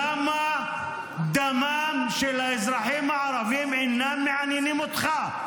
למה דמם של האזרחים הערבים אינו מעניין אותך?